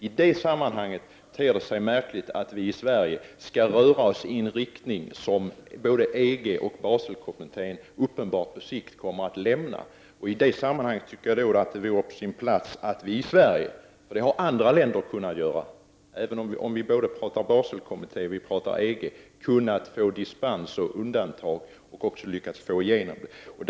I det sammanhanget ter det sig litet märkligt att vi i Sverige skall röra oss i en riktning som både EG och Baselkommittén på sikt uppenbart kommer att vända bort från. I det sammanhanget tycker jag att det varit på sin plats att vi i Sverige — för det har andra länder kunnat göra, vare sig vi pratar om Baselkommittén eller EG — hade lyckats få igenom dispens och undantag. I och för sig kan man ge ett års dispens i taget.